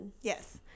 yes